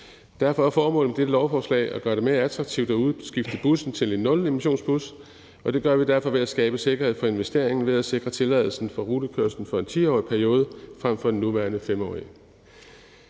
Derfor er formålet med dette lovforslag at gøre det mere attraktivt at udskifte bussen til en nulemissionsbus, og det gør vi ved at skabe sikkerhed for investeringen ved at sikre tilladelsen til rutekørsel for en 10-årig periode frem for den nuværende 5-årige.